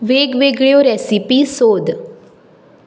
वेगवेगळ्यो रॅसिपी सोद